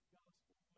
gospel